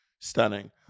Stunning